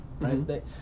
right